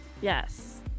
yes